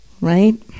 Right